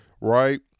right